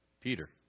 Peter